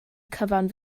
cyfan